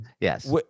yes